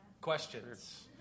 Questions